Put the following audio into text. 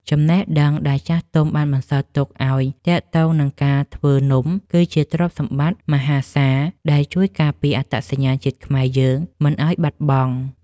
ចំណេះដឹងដែលចាស់ទុំបានបន្សល់ទុកឱ្យទាក់ទងនឹងការធ្វើនំគឺ ជាទ្រព្យសម្បត្តិមហាសាលដែលជួយការពារអត្តសញ្ញាណជាតិខ្មែរយើងមិនឱ្យបាត់បង់។